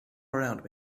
around